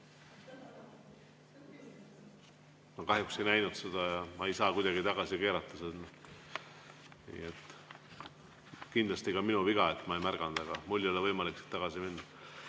Ma kahjuks ei näinud seda ja ma ei saa kuidagi tagasi keerata. Kindlasti oli see ka minu viga, et ma ei märganud, aga mul ei ole võimalik tagasi minna.